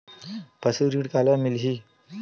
पशु ऋण काला मिलही?